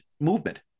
movement